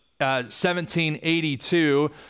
1782